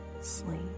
sleep